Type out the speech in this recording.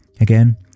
Again